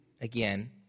again